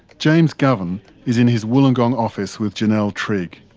james govan is in his wollongong office with janelle trigg.